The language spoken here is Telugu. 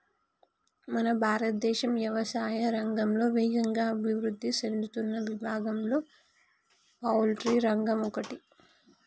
మన భారతదేశం యవసాయా రంగంలో వేగంగా అభివృద్ధి సేందుతున్న విభాగంలో పౌల్ట్రి రంగం ఒకటి